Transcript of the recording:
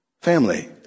family